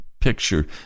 picture